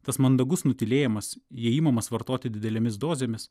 tas mandagus nutylėjimas jei imamas vartoti didelėmis dozėmis